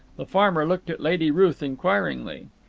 the farmer looked at lady ruth inquiringly.